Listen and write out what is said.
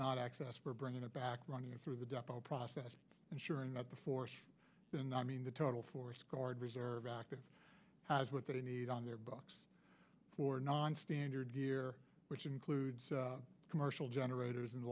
not access for bringing it back running through the depo process and sure enough the force and i mean the total force guard reserve active has what they need on their books for nonstandard gear which includes commercial generators